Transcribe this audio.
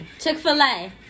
Chick-fil-A